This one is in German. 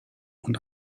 und